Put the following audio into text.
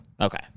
Okay